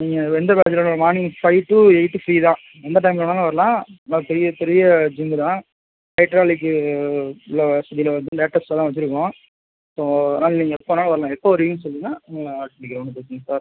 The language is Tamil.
நீங்கள் எந்த டையத்தில் morning five to eight free தான் எந்த டைம்மில் வேணாலும் வரலாம் நல்லா பெரிய பெரிய ஜிம்மு தான் ஹைட்ராலிக்கு உள்ள வசதியில வந்து லேட்டஸ்ட்டாக தான் வச்சுருக்கோம் இப்போ அதனால நீங்கள் எப்போ வேணாலும் வரலாம் எப்போ வருவீங்கன்னு சொல்லுங்க உங்களை நான் ஆட் பண்ணிக்கிறேன் ஒன்றும் பிரச்சனை இல்லை சார்